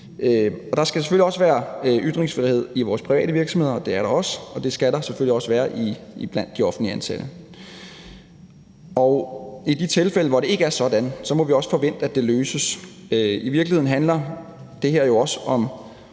Der skal selvfølgelig være ytringsfrihed i vores private virksomheder – og det er der også – og det skal der selvfølgelig også være for de offentligt ansatte. Og i de tilfælde, hvor det ikke er sådan, må vi også forvente, at det løses. I virkeligheden handler det her jo også om